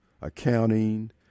accounting